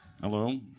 Hello